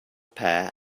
pear